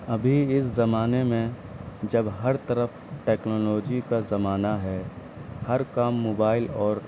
ابھی اس زمانے میں جب ہر طرف ٹیکنالوجی کا زمانہ ہے ہر کام موبائل اور